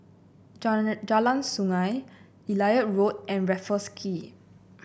Jalan Sungei Elliot Road and Raffles Quay